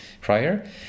prior